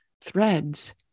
threads